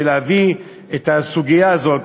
ולהביא את הסוגיה הזאת.